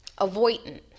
Avoidant